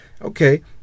Okay